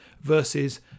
Versus